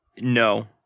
No